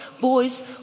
boys